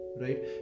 right